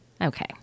okay